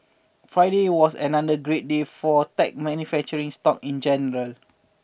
Friday was another great day for tech manufacturing stock in general